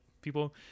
people